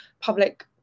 public